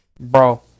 Bro